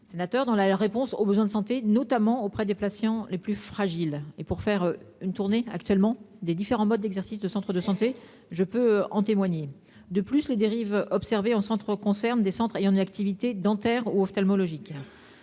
Sénateurs dans la réponse aux besoins de santé notamment auprès des patients les plus fragiles et pour faire une tournée actuellement des différents modes d'exercice de centres de santé je peux en témoigner. De plus les dérives observées en centre concernent des centres ayant une activité dentaires ou ophtalmologiques.